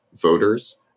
voters